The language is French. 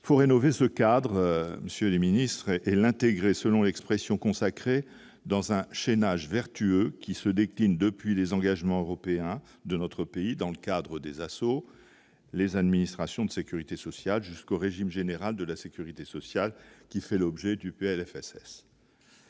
faut rénover ce cadre, monsieur le ministre et l'intégrer, selon l'expression consacrée, dans un schéma j'vertueux qui se décline depuis les engagements européens de notre pays dans le cadre des assauts les administrations de Sécurité sociale jusqu'au régime général de la Sécurité sociale, qui fait l'objet du Plfss